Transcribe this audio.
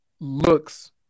looks